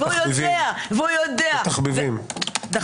תחביבים.